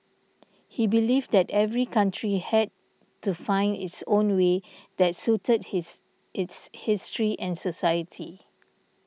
he believed that every country had to find its own way that suited his its history and society